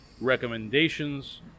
recommendations